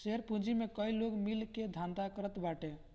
share पूंजी में कई लोग मिल के धंधा करत बाटे